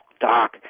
doc